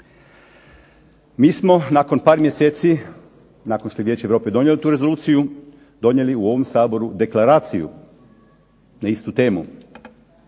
Mi smo nakon par mjeseci nakon što je Vijeće Europe donijelo tu rezoluciju donijeli u ovom Saboru deklaraciju na istu temu.